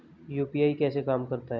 UPI कैसे काम करता है?